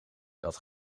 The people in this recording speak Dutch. dat